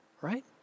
Right